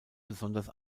besonders